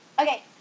Okay